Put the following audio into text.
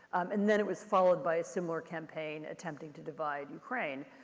and then it was followed by a similar campaign attempting to divide ukraine.